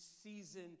season